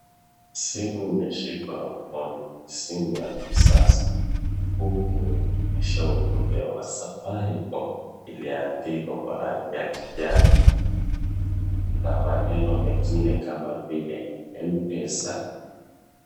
Simu imeshikwa mkono, simu ya kisasa, huku inaonyesha ujumbe wa Safaricom iliyoandikwa kwa rangi ya kijani na maneno mengine kama vile MPESA.